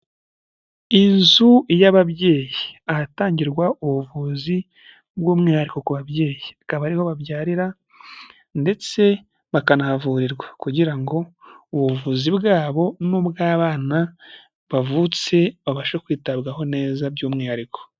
Inzu y'ababyeyi, ahatangirwa ubuvuzi bw'umwihariko ku babyeyi, akaba ari ho babyarira ndetse bakanahavurirwa kugira ngo ubuvuzi bwabo n'ubw'abana bavutse babashe kwitabwaho neza by'umwihariko.